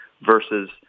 versus